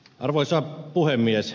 arvoisa puhemies